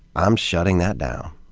i'm shutting that down.